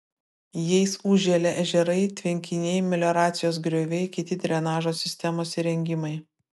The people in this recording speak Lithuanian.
jais užželia ežerai tvenkiniai melioracijos grioviai kiti drenažo sistemos įrengimai